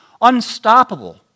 unstoppable